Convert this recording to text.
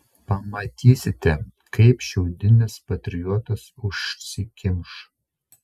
pamatysite kaip šiaudinis patriotas užsikimš